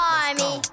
army